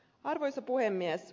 arvoisa puhemies